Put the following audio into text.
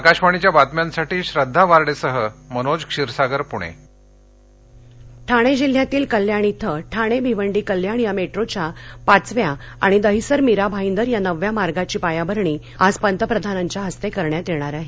आकाशवाणीच्या बातम्यांसाठी श्रद्वा वार्डेसह मनोज क्षीरसागर पुणे पंतप्रधान मंबई ठाणे जिल्ह्यातील कल्याण इथं ठाणे भिवंडी कल्याण या मेट्रोच्या पाचव्या आणि दहिसर मीरा भाईदर या नवव्या मार्गाची पायाभरणी आज पतप्रधानांच्या हस्ते करण्यात येणार आहे